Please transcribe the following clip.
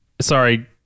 sorry